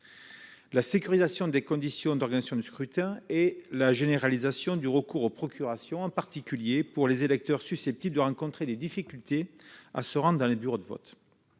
la sécurisation des conditions d'organisation du scrutin et la généralisation du recours aux procurations, en particulier pour les électeurs susceptibles de rencontrer des difficultés à se rendre dans les bureaux de vote.